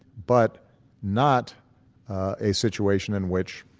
but not a situation in which